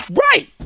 right